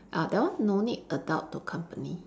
uh that one no need adult to company